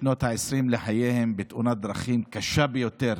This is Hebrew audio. בשנות ה-20 לחייהם, בתאונת דרכים קשה ביותר,